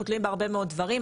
אנחנו תלויים בהרבה מאוד דברים,